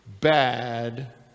Bad